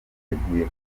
biteguye